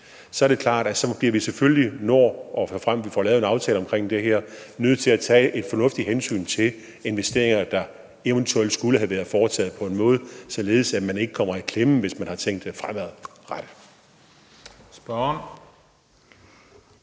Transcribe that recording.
aftale om det her, nødt til at tage et fornuftigt hensyn til investeringer, der eventuelt skulle være foretaget, på en måde, således at man ikke kommer i klemme, hvis man har tænkt fremadrettet.